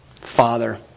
Father